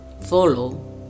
follow